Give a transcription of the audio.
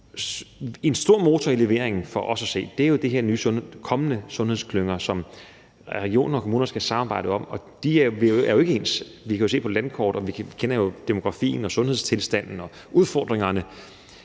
En stor motor i leveringen er jo for os at se de her kommende sundhedsklynger, som regioner og kommuner skal samarbejde om, og de er jo ikke ens. Vi kan jo se på et landkort, og vi kender demografien og sundhedstilstanden og udfordringerne,